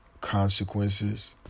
consequences